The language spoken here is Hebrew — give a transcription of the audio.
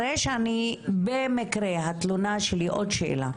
עוד שאלה.